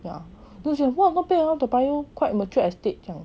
yeah which is why not bad ah toa payoh quite mature estate 这样